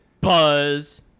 Buzz